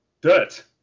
dirt